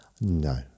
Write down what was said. no